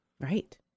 Right